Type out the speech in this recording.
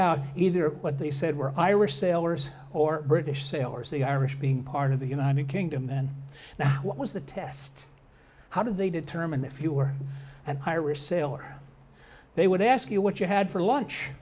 out either what they said were irish sailors or british sailors the irish being part of the united kingdom then now what was the test how did they determine if you were an irish sailor they would ask you what you had for lunch